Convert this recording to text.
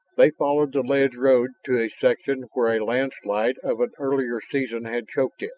they followed the ledge road to a section where a landslide of an earlier season had choked it.